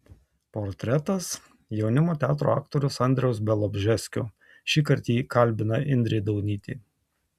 portretas jaunimo teatro aktoriaus andriaus bialobžeskio šįkart jį kalbina indrė daunytė